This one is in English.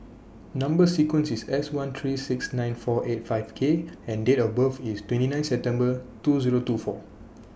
Number sequence IS S one three six nine four eight five K and Date of birth IS twenty nine September two Zero two four